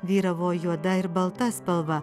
vyravo juoda ir balta spalva